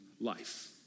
life